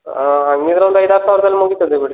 ಹಾಂ ಹಂಗಿದ್ರೆ ಒಂದು ಐದಾರು ಸಾವಿರದಲ್ಲಿ ಮುಗಿತದೆ ಬಿಡಿ